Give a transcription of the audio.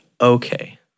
okay